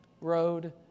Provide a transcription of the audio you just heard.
road